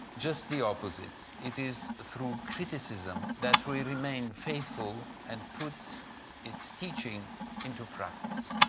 just the opposite. it is through criticism that we remain faithful and put its teaching into practice.